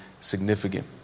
significant